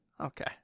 Okay